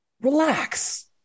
relax